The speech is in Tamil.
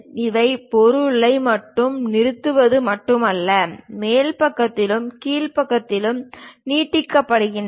இவை பொருளை மட்டும் நிறுத்துவது மட்டுமல்ல மேல் பக்கத்திலும் கீழ் பக்கத்திலும் நீட்டிக்கப்படுகின்றன